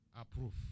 Approve